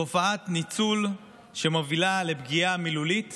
תופעת ניצול שמובילה לפגיעה מילולית